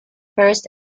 first